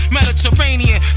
Mediterranean